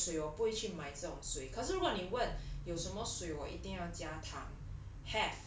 我我需要买水我不会去买这种水可是如果你问有什么水我一定要加糖